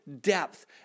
depth